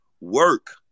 work